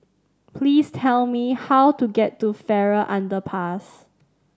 please tell me how to get to Farrer Underpass